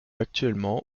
actuellement